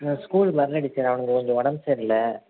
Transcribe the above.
ம் ஸ்கூலுக்கு வரலை டீச்சர் அவனுக்கு கொஞ்சம் உடம்பு சரியில்லை